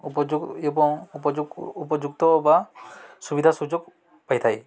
ଉପଯୋଗ ଏବଂ ଉପଯୁକ୍ତ ବା ସୁବିଧା ସୁଯୋଗ ପାଇଥାଏ